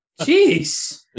jeez